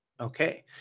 Okay